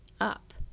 up